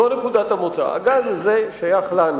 זאת נקודת המוצא: הגז הזה שייך לנו.